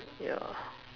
yeah